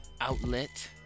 outlet